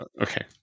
Okay